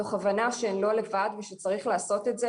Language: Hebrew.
מתוך הבנה שהן לא לבד ושצריך לעשות את זה,